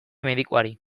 medikuari